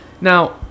Now